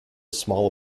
small